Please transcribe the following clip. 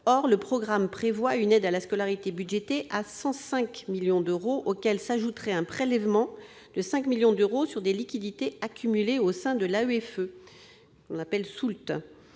Or le programme prévoit une aide à la scolarité budgétée à 105 millions d'euros, auxquels s'ajouterait un prélèvement de 5 millions d'euros sur des liquidités accumulées au sein de l'AEFE. Cette soulte ne